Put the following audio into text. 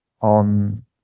on